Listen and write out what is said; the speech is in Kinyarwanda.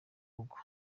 rugo